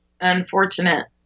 unfortunate